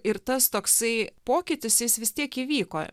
ir tas toksai pokytis jis vis tiek įvyko